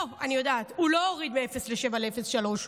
לא, הוא לא הוריד מ-07 ל-03,